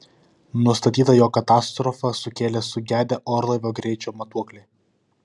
nustatyta jog katastrofą sukėlė sugedę orlaivio greičio matuokliai